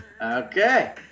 Okay